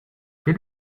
quel